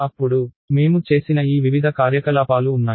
అప్పుడు మేము చేసిన ఈ వివిధ కార్యకలాపాలు ఉన్నాయి